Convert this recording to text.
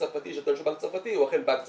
צרפתי שהוא טוען שהוא בנק צרפתי הוא אכן בנק צרפתי.